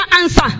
answer